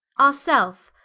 our selfe,